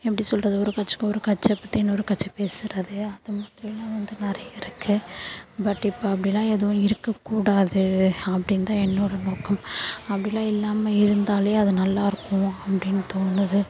எப்படி சொல்கிறது ஒரு கட்சிக்கு ஒரு கட்சி பற்றி இன்னொரு கட்சி பேசுகிறது அதுமாதிரியெல்லாம் வந்து நிறைய இருக்குது பட் இப்போ அப்படில்லாம் எதுவும் இருக்கக்கூடாது அப்படின்தான் என்னோடய நோக்கம் அப்படிலாம் இல்லாமல் இருந்தாலே அது நல்லா இருக்கும் அப்படின்னு தோணுது